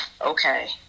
okay